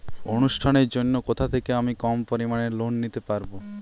অনুষ্ঠানের জন্য কোথা থেকে আমি কম পরিমাণের লোন নিতে পারব?